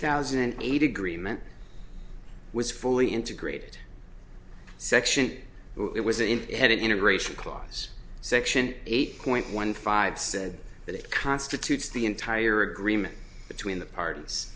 thousand and eight agreement was fully integrated section it was in it had an integration clause section eight point one five said that it constitutes the entire agreement between the parties